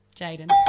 Jaden